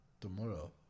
Tomorrow